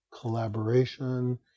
collaboration